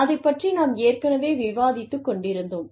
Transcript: அதை பற்றி நாம் ஏற்கனவே விவாதித்துக் கொண்டிருந்தோம்